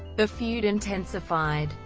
the feud intensified,